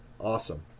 awesome